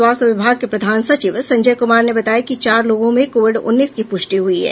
स्वास्थ्य विभाग के प्रधान सचिव संजय कुमार ने बताया कि चार लोगों में कोविड उन्नीस की प्रष्टि हुयी है